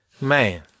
Man